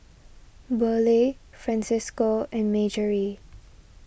Burleigh Francisco and Marjorie